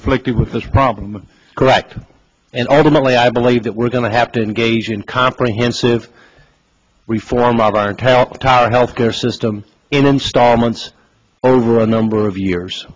afflicted with this problem correct and ultimately i believe that we're going to have to engage in comprehensive reform of our talent our health care system in installments over a number of years